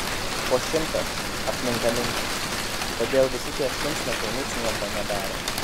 po šimtas apninka mintys kodėl visi tie šunsnukiai ničnieko ne daro